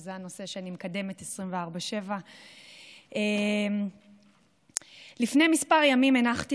שזה הנושא שאני מקדמת 24/7. לפני כמה ימים הנחתי